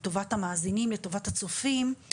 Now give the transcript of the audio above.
לטובת המאזינים והצופים,